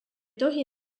tohi